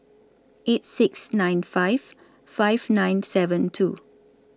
eight six nine five five nine seven two